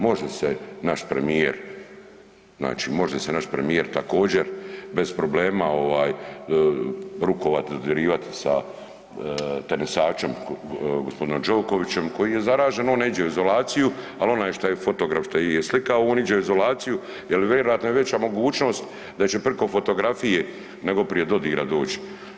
Može se naš premijer, znači može se naš premijer također bez problema ovaj rukovat, dodirivati sa tenisačem g. Đokovićem koji je zaražen, on ne iđe u izolaciju, al onaj šta je fotograf, što ih je slikao, on iđe u izolaciju jel vjerojatno je veća mogućnost da će priko fotografije nego prije dodira doć.